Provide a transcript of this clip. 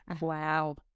Wow